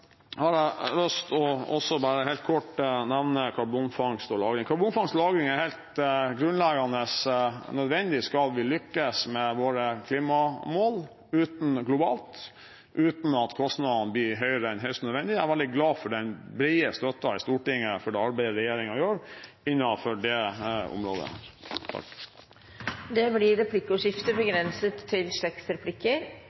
jeg helt kort bare nevne karbonfangst og -lagring. Karbonfangst og -lagring er helt grunnleggende nødvendig om vi skal lykkes med våre klimamål globalt uten at kostnadene blir høyere enn høyst nødvendig. Jeg er veldig glad for den brede støtten i Stortinget til det arbeidet regjeringen gjør innenfor det området. Det blir replikkordskifte.